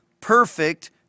perfect